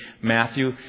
Matthew